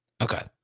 Okay